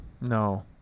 no